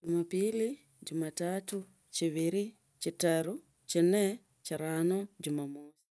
Jumapili, jumatatu chibili, chitaru, chinne, chirano, jumamosi.